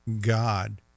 God